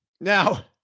Now